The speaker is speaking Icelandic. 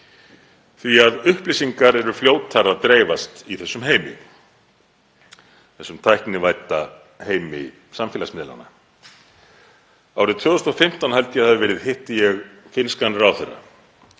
því að upplýsingar eru fljótar að dreifast í þessum heimi, þessum tæknivædda heimi samfélagsmiðlanna. Árið 2015, held ég það hafi verið, hitti ég finnskan ráðherra